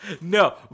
No